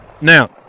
Now